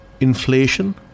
inflation